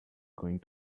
going